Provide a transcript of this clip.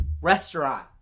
Restaurant